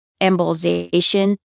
embolization